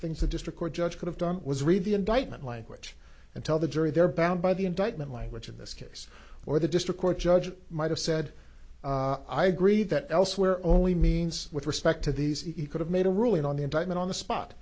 things the district court judge could have done was read the indictment language and tell the jury they're bound by the indictment language in this case or the district court judge might have said i agree that elsewhere only means with respect to these eat could have made a ruling on the indictment on the spot